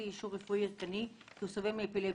אישור רפואי עדכני והוא סובל מאפילפסיה.